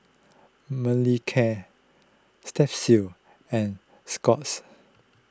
Manicare Strepsils and Scott's